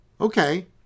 okay